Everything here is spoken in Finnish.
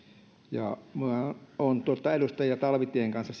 ja olen edustaja talvitien kanssa